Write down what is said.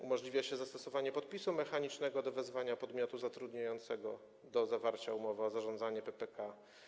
Umożliwia się zastosowanie podpisu mechanicznego do wezwania podmiotu zatrudniającego do zawarcia umowy o zarządzanie PPK.